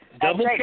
Double